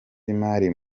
imari